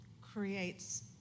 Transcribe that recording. creates